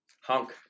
Honk